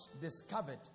discovered